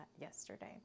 yesterday